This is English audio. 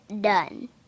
done